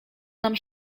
nam